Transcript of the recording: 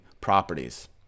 properties